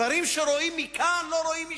דברים שרואים מכאן לא רואים משם.